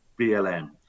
BLM